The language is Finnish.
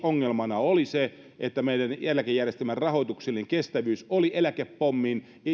ongelmana oli se että meidän eläkejärjestelmän rahoituksellinen kestävyys oli eläkepommin